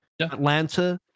Atlanta